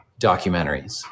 documentaries